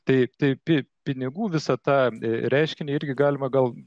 tai tai tai pinigų visą tą reiškinį irgi galima gal